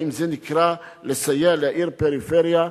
האם זה נקרא לסייע לעיר פריפריה?